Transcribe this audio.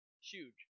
huge